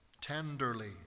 tenderly